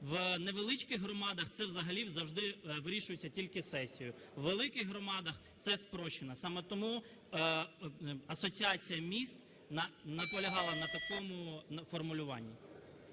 В невеличких громадах це взагалі завжди вирішується тільки сесією, у великих громадах це спрощено. Саме тому Асоціація міст наполягала на такому формулюванні.